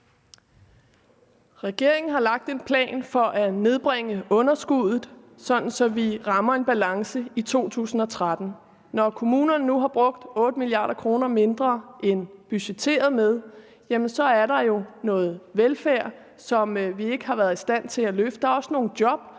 Regeringen har lagt en plan for at nedbringe underskuddet, sådan at vi rammer en balance i 2013. Når kommunerne nu har brugt 8 mia. kr. mindre end budgetteret, er der jo noget velfærd, som vi ikke har været i stand til at løfte. Der er også nogle job,